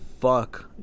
Fuck